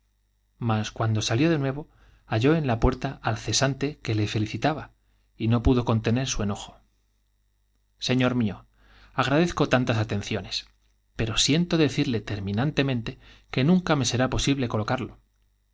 mas cuando salió de nuevo halló en la puerta al cesante qu e le felicitaba y no pudo contener su enojo señor mío agradezco tantas atenciones pero siento decirle terminantemente que nunca me será posible colocarlo